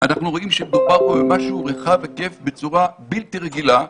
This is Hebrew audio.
אנחנו רואים שמדובר פה במשהו רחב היקף בצורה בלתי רגילה,